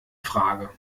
frage